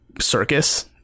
circus